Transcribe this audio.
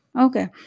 Okay